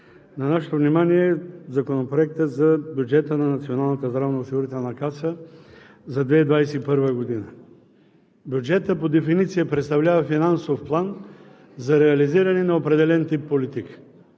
На нашето внимание е Законопроектът за бюджета на Националната здравноосигурителна каса за 2021 г. Бюджетът по дефиниция представлява финансов план за реализиране на определен тип политики.